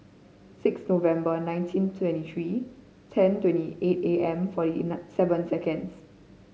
six November nineteen twenty three ten twenty eight A M forty nine seven seconds